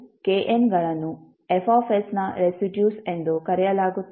kn ಗಳನ್ನು F ನ residues ಎಂದು ಕರೆಯಲಾಗುತ್ತದೆ